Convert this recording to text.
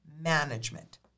management